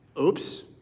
Oops